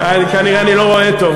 כנראה אני לא רואה טוב,